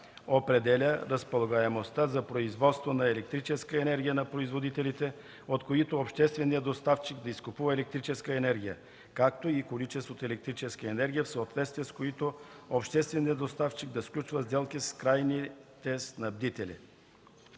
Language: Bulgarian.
определя разполагаемостта за производство на електрическа енергия на производителите, от които общественият доставчик да изкупува електрическа енергия, както и количеството електрическа енергия, в съответствие с които общественият доставчик да сключва сделки с крайните снабдители;”.”